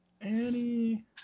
annie